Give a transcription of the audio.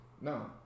No